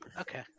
Okay